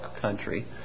country